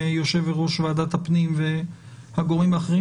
יושב-ראש ועדת הפנים והגורמים האחרים.